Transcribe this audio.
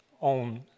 own